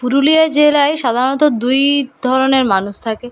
পুরুলিয়া জেলায় সাধারণত দুই ধরনের মানুষ থাকে